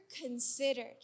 considered